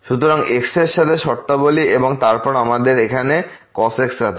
সুতরাং x এর সাথে শর্তাবলী এবং তারপর আমাদের এখানে cos x আছে